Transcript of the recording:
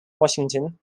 washington